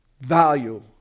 value